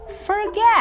forget